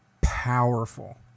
powerful